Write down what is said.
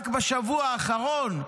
רק בשבוע האחרון,